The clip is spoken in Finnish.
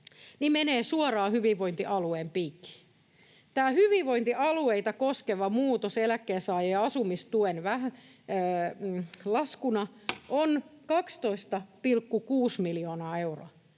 menee suoraan hyvinvointialueen piikkiin. Tämä hyvinvointialueita koskeva muutos eläkkeensaajien asumistuen laskuna on 12,6 miljoonaa euroa.